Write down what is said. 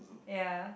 ya